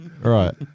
Right